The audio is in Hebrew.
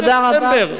תודה רבה.